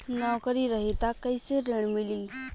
नौकरी रही त कैसे ऋण मिली?